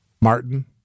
Martin